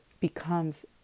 becomes